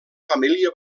família